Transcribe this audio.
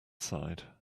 side